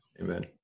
Amen